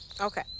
Okay